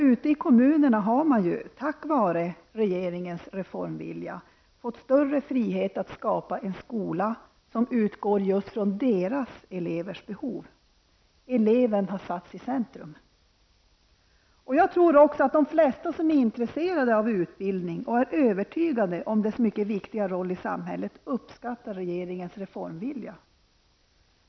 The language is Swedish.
Ute i kommunerna har man, tack vare regeringens reformvilja, fått större frihet att skapa en skola som utgår från just sina elevers behov. Eleven har satts i centrum. Jag tror också att de flesta som är intresserade av utbildning och är övertygade om dess mycket viktiga roll i samhället uppskattar regeringens reformvilja.